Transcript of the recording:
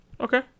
Okay